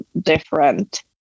different